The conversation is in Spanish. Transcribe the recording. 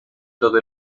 todo